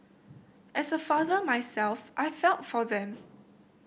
as a father myself I felt for them